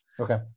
Okay